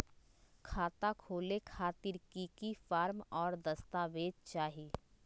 खाता खोले खातिर की की फॉर्म और दस्तावेज चाही?